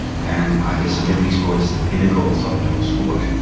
and i guess olympic sport is the pinnacle of top level sport,